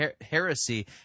heresy